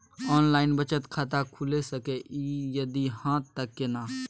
Online बचत खाता खुलै सकै इ, यदि हाँ त केना?